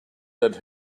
that